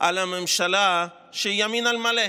על הממשלה שהיא ימין על מלא,